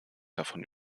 davon